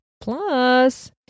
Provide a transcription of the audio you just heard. Plus